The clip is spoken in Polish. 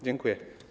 Dziękuję.